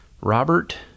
Robert